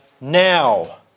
now